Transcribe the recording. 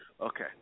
Okay